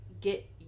get